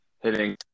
hitting